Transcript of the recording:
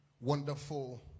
wonderful